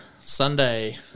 Sunday